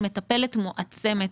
היא מטפלת מועצמת,